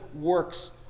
works